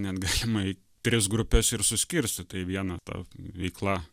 net galimai tris grupes ir suskirstyta į vieną ta veikla